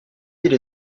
ville